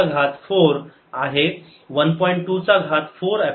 2 चा घात 4 साधारणपणे 3